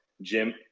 Jim